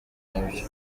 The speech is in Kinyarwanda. nabyo